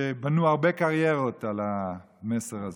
שבנו הרבה קריירות על המסר הזה.